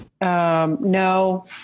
No